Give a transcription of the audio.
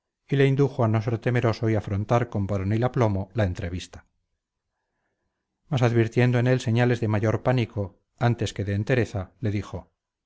y le indujo a no ser temeroso y afrontar con varonil aplomo la entrevista mas advirtiendo en él señales de mayor pánico antes que de entereza le dijo